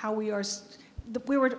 how we are